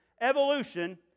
Evolution